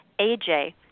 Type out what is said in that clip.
aj